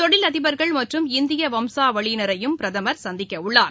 தொழிலதிபர்கள் மற்றும் இந்தியவம்சாவளியினரையும் பிரதமர் சந்திக்கவுள்ளார்